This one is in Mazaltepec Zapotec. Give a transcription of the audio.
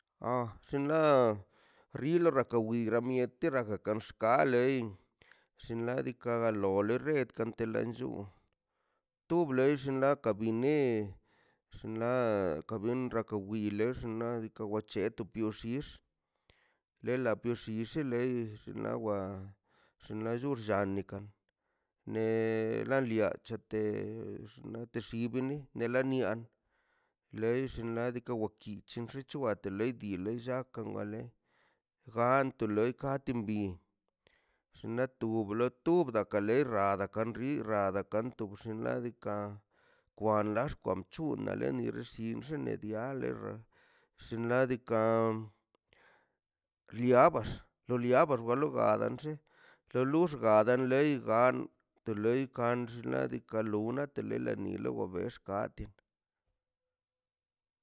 A xinla rilo wa mieti tora raskin xkay lei xinladika galoi o de lei kantela en llu to blex laka guine xinla ka bin raka wiile le xnaꞌ diikaꞌ c̱heto pioxix lela pioxix le xinlawa xnaꞌ llo llani ka ne la lia xnaꞌ te xib wini nia lei xinladika wachik ten xicho wa te lei tile llakan bale gan to loi kanti bi xna tublo tubda aka lei da ri ridada kanto porx xinladika kwan lax kwan bchuu le na woxi waliab per xinladika laibax lo liaba xwalo lagan xin loluxgan a dan lei ga to loi kan xnaꞌ diikaꞌ luna telela nilo bexka batien